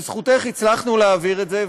בזכותך הצלחנו להעביר את זה.